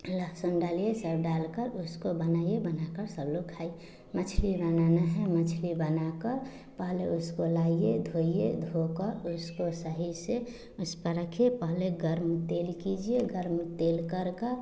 लहसून डालिए सब डालकर उसको बनाइए बनाकर सब लोग खाइए मछली बनाना है मछली बनाकर पहले उसको लाइए धोइए धोकर उसको सही से उस पर रखिए पहले गरम तेल कीजिए गरम तेल कर कर